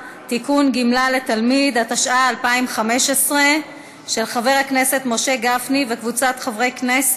והיא תועבר להכנה לקריאה